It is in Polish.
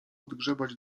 odgrzebać